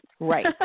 Right